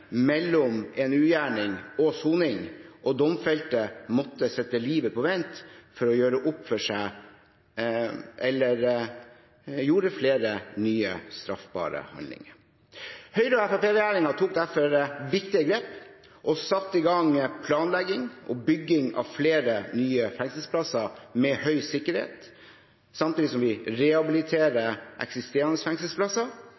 mellom en ugjerning og soning, og domfelte måtte sette livet på vent for å gjøre opp for seg eller gjorde flere nye straffbare handlinger. Høyre–Fremskrittsparti-regjeringen tok derfor viktige grep og satte i gang planlegging og bygging av flere nye fengselsplasser med høy sikkerhet. Samtidig rehabiliterer vi